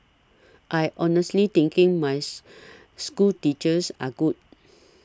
I honestly thinking my schoolteachers are good